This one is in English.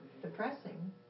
depressing